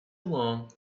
along